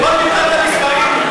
בוא נבחן את המספרים,